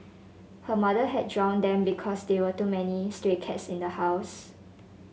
her mother had drowned them because there were too many stray cats in the house